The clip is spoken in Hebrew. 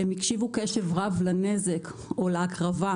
הם הקשיבו בקשב רב לנזק או להקרבה,